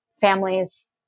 families